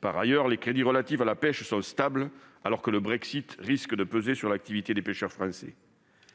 Par ailleurs, les crédits relatifs à la pêche sont stables, alors que le Brexit risque de peser sur l'activité des pêcheurs français.